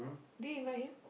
did you invite him